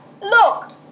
look